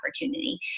opportunity